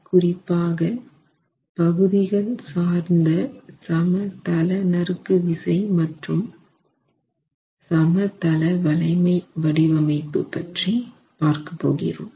குறிப்பாக பகுதிகள் சார்ந்த சமதள நறுக்குவிசை மற்றும் சமதள வளைமை வடிவமைப்பு பற்றி பார்க்க போகிறோம்